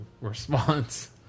response